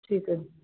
ठीक है